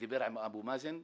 ודיבר עם אבו מאזן.